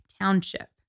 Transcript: Township